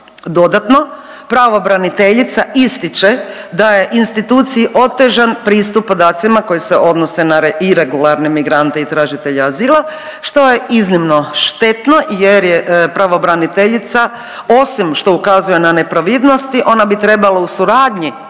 Dodatno, pravobraniteljica ističe da je instituciji otežan pristup podacima koji se odnose na iregularne migrante i tražitelje azila, što je iznimno štetno jer je, pravobraniteljica osim što ukazuje na nepravilnosti ona bi trebala u suradnji